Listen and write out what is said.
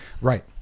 right